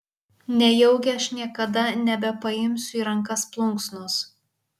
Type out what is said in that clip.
nejaugi aš niekada nebepaimsiu į rankas plunksnos